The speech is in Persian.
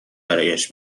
برایش